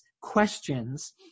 questions